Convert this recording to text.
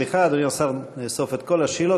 לנקודה, סליחה, אדוני השר, נאסוף את כל השאלות.